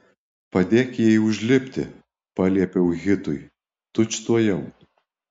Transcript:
padėk jai užlipti paliepiau hitui tučtuojau